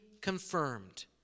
confirmed